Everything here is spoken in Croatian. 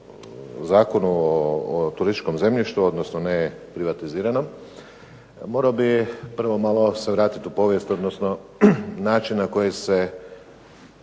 Zakonu o turističkom zemljištu odnosno neprivatiziranom morao bih prvo malo se vratiti u povijest, odnosno način na koji se